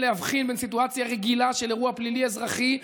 להבחין בין סיטואציה רגילה של אירוע פלילי אזרחי,